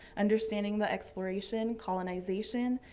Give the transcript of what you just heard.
understanding the exploration, colonization,